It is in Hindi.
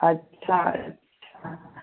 अच्छा अच्छा